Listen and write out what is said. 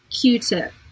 Q-tip